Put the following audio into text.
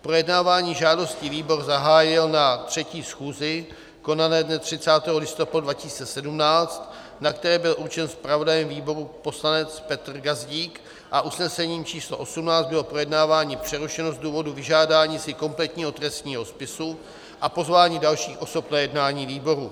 Projednávání žádosti výbor zahájil na 3. schůzi konané dne 30. listopadu 2017, na které byl určen zpravodajem výboru poslanec Petr Gazdík, a usnesením č. 18 bylo projednávání přerušeno z důvodu vyžádání si kompletního trestního spisu a pozvání dalších osob na jednání výboru.